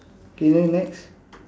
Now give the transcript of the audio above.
okay then next